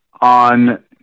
on